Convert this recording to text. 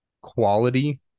quality